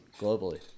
globally